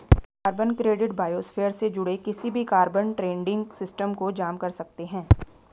carbon credit biosphere से जुड़े किसी भी कार्बन ट्रेडिंग सिस्टम को जाम कर सकते हैं